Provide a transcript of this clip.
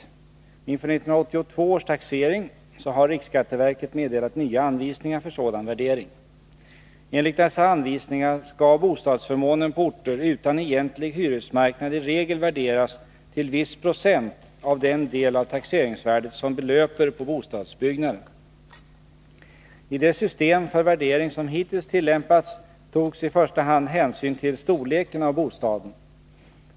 Inför 1982 års taxering har riksskatteverket meddelat nya anvisningar för sådan värdering. Enligt dessa anvisningar skall bostadsförmånen på orter utan egentlig hyresmarknad i regel värderas till viss procent av den del av taxeringsvärdet som belöper på bostadsbyggnaden. I det system för värdering som hittills tillämpats togs i första hand hänsyn till storleken av bostaden.